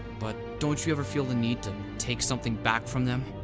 but don't you ever feel the need to take something back from them?